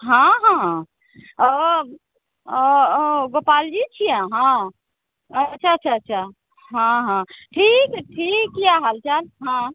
हँ हँ ओ ओ गोपालजी छिए अहाँ अच्छा अच्छा अच्छा हँ हँ ठीक ठीक अइ हालचाल हँ